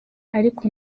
ariko